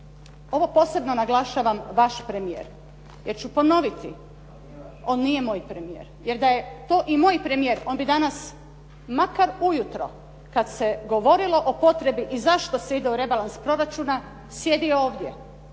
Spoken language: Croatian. Ovo posebno naglašavam "vaš premijer", jer ću ponoviti on nije moj premijer. Jer da je to i moj premijer, onda bi danas, makar ujutro kad se govorilo o potrebi i zašto se ide u rebalans proračuna, sjedio ovdje